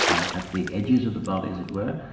at the edges of the body as it were,